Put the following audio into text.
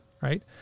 right